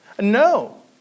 No